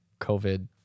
COVID